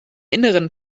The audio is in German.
inneren